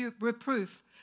reproof